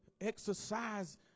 exercise